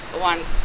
one